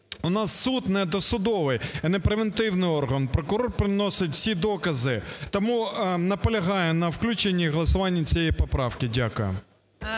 У нас суд не досудовий і не превентивний орган, прокурор приносить всі докази. Тому наполягаю на включенні і голосуванні цієї поправки. Дякую.